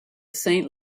saint